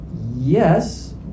yes